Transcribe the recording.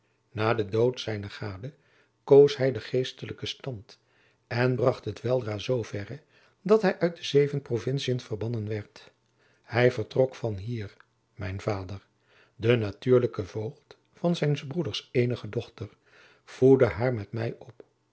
na den dood zijner gade koos hij den geestelijken stand en bracht het weldra zooverre dat hij uit de zeven provintiën verbannen werd hij vertrok van hier mijn vader de natuurlijke voogd van zijns broeders eenige dochter voedde haar met mij op